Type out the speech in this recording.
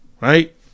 Right